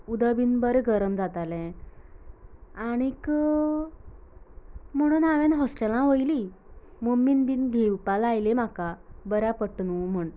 उदक बीन बरें गरम जातालें आनीक म्हणून हांवेन हॉस्टेलांक व्हयली मम्मीन बीन घेवपा लायली म्हाका बऱ्याक पडटली न्ह्यं म्हूण